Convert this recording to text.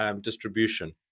distribution